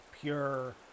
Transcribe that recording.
pure